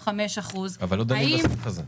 ב-2.45% האם --- אבל לא דנים בסעיף הזה.